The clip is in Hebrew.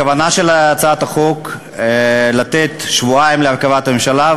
הכוונה של הצעת החוק לתת שבועיים להרכבת הממשלה,